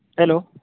hello